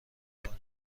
کنیم